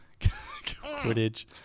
Quidditch